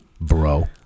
bro